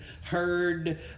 heard